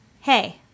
hey